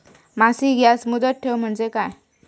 मासिक याज मुदत ठेव म्हणजे काय?